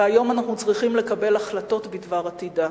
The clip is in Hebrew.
והיום אנחנו צריכים לקבל החלטות בדבר עתידה,